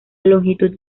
longitud